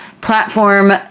platform